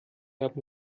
haben